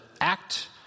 act